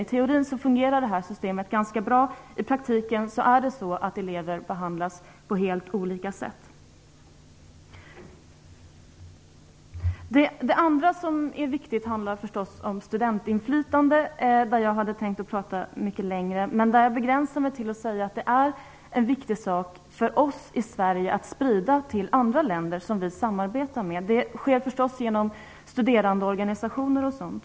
I teorin fungerar systemet ganska bra, i praktiken behandlas elever på helt olika sätt. Det andra som är viktigt handlar om studentinflytande. Det hade jag tänkt att tala mycket längre om. Men jag begränsar mig till att säga att det är viktigt för oss i Sverige att sprida det till andra länder som vi samarbetar med. Det sker genom studerandeorganisationer och liknande.